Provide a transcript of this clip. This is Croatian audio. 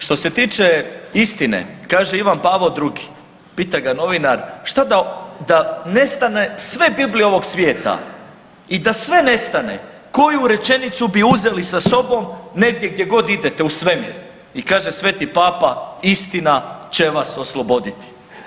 Što se tiče istine kaže Ivan Pavao II., pita ga novinar što da nestane sve biblije ovog svijeta i da sve nestane koju rečenicu bi uzeli sa sobom negdje gdje god idete, u svemir, i kaže Sveti Papa istina će vas osloboditi.